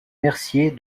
mercier